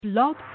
Blog